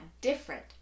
different